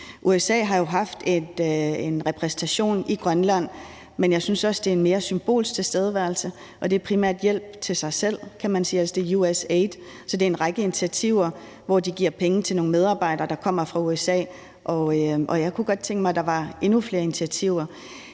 USA har jo haft en repræsentation i Grønland, men jeg synes også, det er en mere symbolsk tilstedeværelse. Det er primært hjælp til sig selv, kan man sige. Altså, det er USAID, så det er en række initiativer, hvor de giver penge til nogle medarbejdere, der kommer fra USA. Jeg kunne godt tænke mig, at der var endnu flere initiativer.